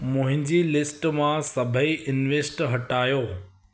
मुंहिंजी लिस्ट मां सभेई इंवेस्ट हटायो